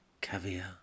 caviar